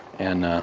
and a